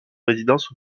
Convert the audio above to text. résidences